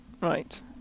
Right